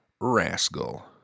rascal